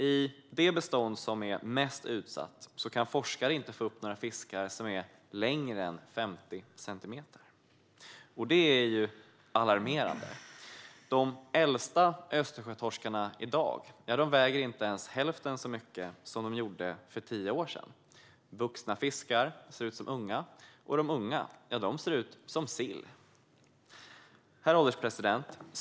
I det mest utsatta beståndet kan forskare inte få upp några fiskar som är längre än 50 centimeter. Det är alarmerande. Och de äldsta Östersjötorskarna i dag väger inte ens hälften så mycket som torskarna gjorde för tio år sedan. Vuxna fiskar ser ut som unga, och de unga ser ut som sill. Herr ålderspresident!